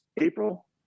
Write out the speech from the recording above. April